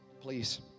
please